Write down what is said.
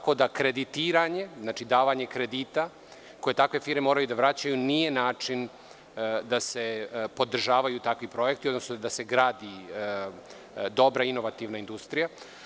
Kreditiranje, davanje kredita koje takve firme moraju da vraćaju, nije način da se podržavaju takvi projekti, odnosno da se gradi dobra inovativna industrija.